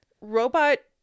robot